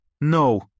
No